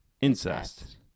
incest